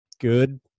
good